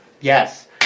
Yes